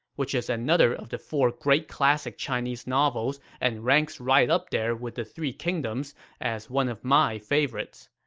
which is another of the four great classic chinese novels and ranks right up there with the three kingdoms as one of my favorites.